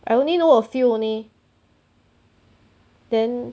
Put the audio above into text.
I only know a few only then